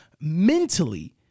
mentally